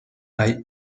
hay